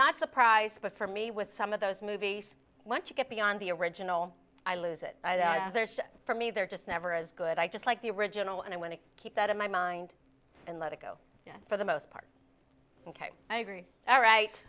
not surprised but for me with some of those movies once you get beyond the original i lose it for me they're just never as good i just like the original and i want to keep that in my mind and let it go yes for the most part i agree all right